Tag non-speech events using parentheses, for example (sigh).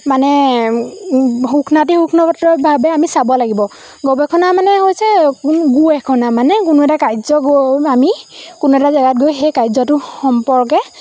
মানে সুক্ষ্মাতিসুক্ষ্মভাৱে আমি চাব লাগিব গৱেষণা মানে হৈছে (unintelligible) মানে কোনো এটা কাৰ্য গৈ আমি কোনো এটা জেগাত গৈ সেই কাৰ্যটো সম্পৰ্কে